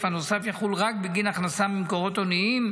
הנוסף יחול רק בגין הכנסה ממקורות הוניים,